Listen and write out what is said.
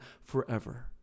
forever